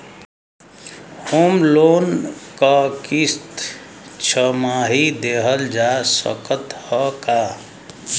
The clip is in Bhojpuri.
होम लोन क किस्त छमाही देहल जा सकत ह का?